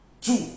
Two